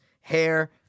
hair